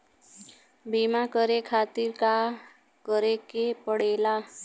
बीमा करे खातिर का करे के पड़ेला?